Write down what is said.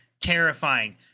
terrifying